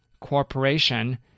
Corporation